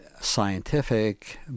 scientific